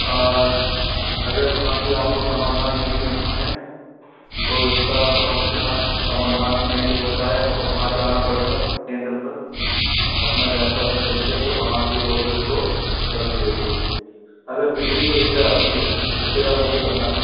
और अगर वहाँ से आपको समाधान नहीं मिलता है तो इसका समस्या समाधान केंद्र होता है आपको वहाँ जाना पड़ेगा केंद्र पर अपना लैपटॉप को ले के तो वहाँ से वो लोग इसको बदल देंगे अगर फिर भी कोई दिक्कत आती है तो फिर आप मुझे बताना